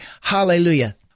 Hallelujah